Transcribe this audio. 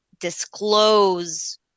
disclose